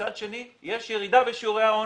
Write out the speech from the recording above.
מצד שני יש ירידה בשיעורי העוני.